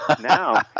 now